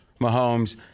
Mahomes